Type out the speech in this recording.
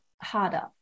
harder